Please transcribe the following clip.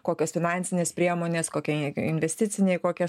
kokios finansinės priemonės kokiai investiciniai kokias